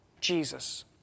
Jesus